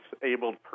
disabled